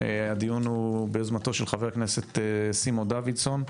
הדיון הוא ביוזמתו של חבר הכנסת סימון דוידסון.